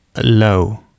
low